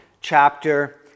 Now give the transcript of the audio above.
chapter